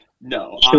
No